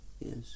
Yes